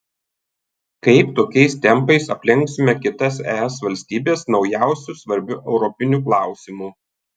kaip tokiais tempais aplenksime kitas es valstybes naujausiu svarbiu europiniu klausimu